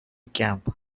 camp